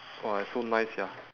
!wah! so nice sia